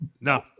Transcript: No